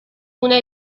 una